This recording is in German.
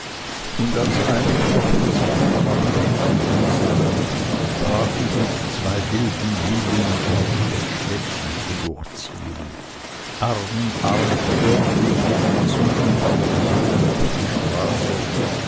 und als einige davon sich wieder nach mädchen umsahen brach ich mit zwei wilden jünglingen auf das städtchen zu durchziehen arm in arm stürmte ich mit den gesunden bauerssöhnen über die straße